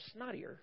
snottier